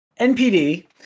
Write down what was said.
npd